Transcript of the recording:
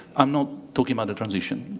i'm not talking about a transition.